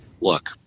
look